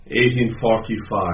1845